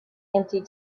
empty